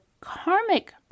karmic